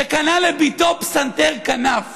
שקנה לביתו פסנתר כנף